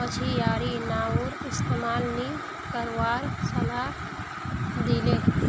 मछियारी नाउर इस्तमाल नी करवार सलाह दी ले